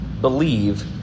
believe